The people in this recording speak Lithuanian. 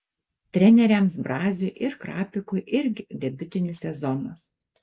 treneriams braziui ir krapikui irgi debiutinis sezonas